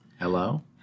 Hello